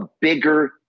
bigger